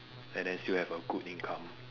and then still have a good income